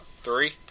Three